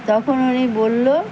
তখন উনি বললো